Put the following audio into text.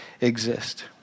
exist